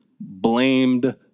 blamed